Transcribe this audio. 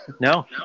No